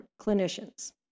clinicians